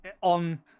on